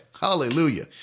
Hallelujah